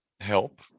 help